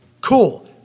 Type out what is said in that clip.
cool